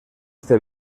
este